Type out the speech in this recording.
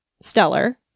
stellar